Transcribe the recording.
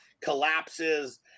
collapses